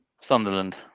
Sunderland